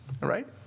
right